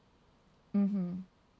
mm hmm